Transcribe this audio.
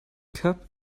cup